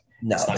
No